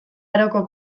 aroko